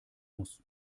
muss